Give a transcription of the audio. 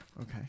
Okay